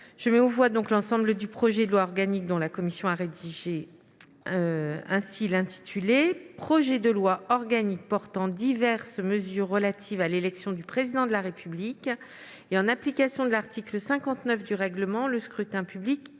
modifié, l'ensemble du projet de loi organique, dont la commission a rédigé ainsi l'intitulé :« projet de loi organique portant diverses mesures relatives à l'élection du Président de la République ». En application de l'article 59 du règlement, le scrutin public